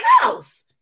house